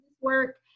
work